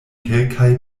kelkaj